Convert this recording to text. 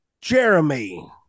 Jeremy